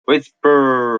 whisper